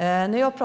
I den rapport